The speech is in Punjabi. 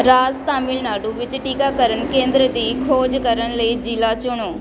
ਰਾਜ ਤਾਮਿਲਨਾਡੂ ਵਿੱਚ ਟੀਕਾਕਰਨ ਕੇਂਦਰ ਦੀ ਖੋਜ ਕਰਨ ਲਈ ਜ਼ਿਲ੍ਹਾ ਚੁਣੋ